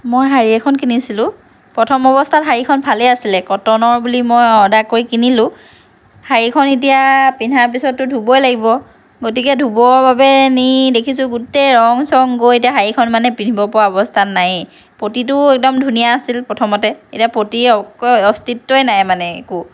মই শাৰী এখন কিনিছিলোঁ প্ৰথম অৱস্থাত শাৰীখন ভালেই আছিলে কটনৰ বুলি মই অৰ্ডাৰ কৰি কিনিলোঁ শাৰীখন এতিয়া পিন্ধাৰ পিছততো ধুবই লাগিব গতিকে ধুবৰ বাবে নি দেখিছোঁ গোটেই ৰং চং গৈ এতিয়া শাৰীখন মানে পিন্ধিব পৰা অৱস্থাত নায়েই পতিটোও একদম ধুনীয়া আছিল প্ৰথমতে এতিয়া পতিৰ অস্তিত্বই নাই মানে একো